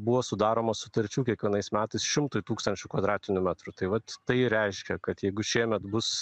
buvo sudaroma sutarčių kiekvienais metais šimtai tūkstančių kvadratinių metrų tai vat tai reiškia kad jeigu šiemet bus